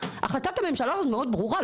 החלטת הממשלה הזאת מאוד ברורה,